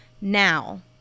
now